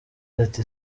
ati